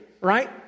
right